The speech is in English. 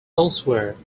elsewhere